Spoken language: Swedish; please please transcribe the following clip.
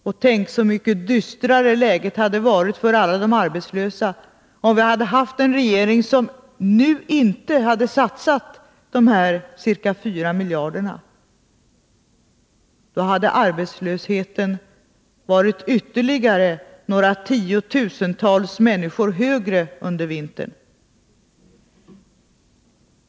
Och tänk så mycket dystrare läget hade varit för alla de arbetslösa om vi hade haft en regering som nu inte hade satsat dessa ca 4 miljarder kronor! Då hade arbetslösheten omfattat ytterligare tiotusentals människor under vintern.